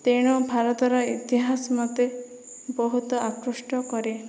ତେଣୁ ଭାରତର ଇତିହାସ ମୋତେ ବହୁତ ଆକୃଷ୍ଟ କରେ